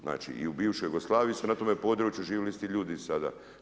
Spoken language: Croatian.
Znači, i u bivšoj Jugoslaviji su na tome području živjeli isti ljudi i sada.